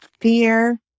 fear